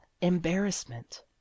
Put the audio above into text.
embarrassment